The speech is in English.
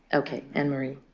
ok. anamarie.